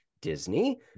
Disney